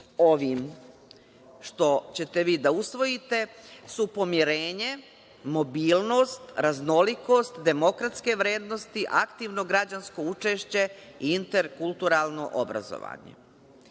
ovim što ćete vi da usvojite, su pomirenje, mobilnost, raznolikost, demokratske vrednosti, aktivno građansko učešće i interkulturalno obrazovanje.